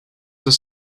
his